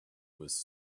was